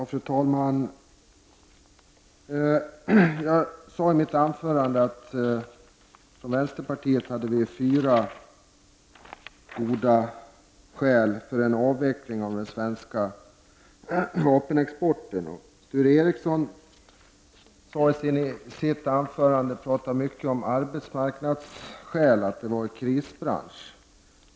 Fru talman! Jag sade i mitt anförande att vi i vänsterpartiet hade fyra goda skäl att anföra för en avveckling av den svenska vapenexporten. Sture Ericson talade i sitt anförande mycket om arbetsmarknadsskäl. Han sade att det rör sig om en krisbransch.